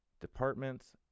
departments